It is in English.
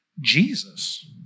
Jesus